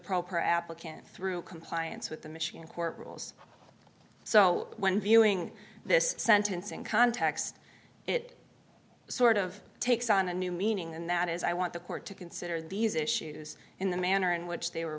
proper applicant through compliance with the machine court rules so when viewing this sentence in context it sort of takes on a new meaning and that is i want the court to consider these issues in the manner in which they were